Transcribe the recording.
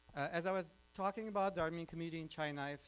as i was talking about the armenian community in china,